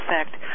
effect